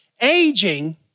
Aging